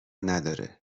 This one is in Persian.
نداره